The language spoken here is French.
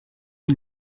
rue